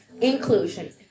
inclusion